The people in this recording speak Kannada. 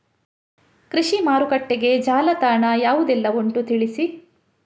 ಕೃಷಿ ಮಾರುಕಟ್ಟೆಗೆ ಜಾಲತಾಣ ಯಾವುದೆಲ್ಲ ಉಂಟು ತಿಳಿಸಿ